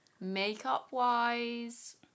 Makeup-wise